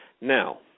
Now